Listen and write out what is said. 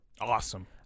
Awesome